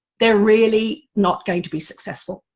they're really not going to be successful.